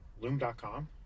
loom.com